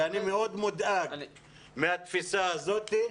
ואני מודאג מהתפיסה הזאת.